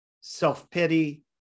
self-pity